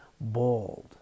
bald